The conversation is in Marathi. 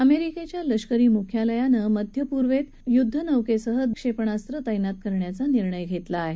अमेरिकेच्या लष्करी मुख्यालयानं मध्यपूर्वेत युद्धनौकेसह क्षेपणास्त्र तैनात करायचा निर्णय घेतला आहे